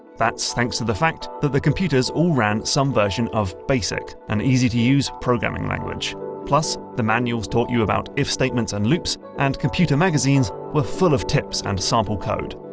that's thanks to the fact that the computers all ran some version of basic an easy-to-use programming language. plus, the manuals taught you about if statements and loops. and computer magazines were full of tips and sample code.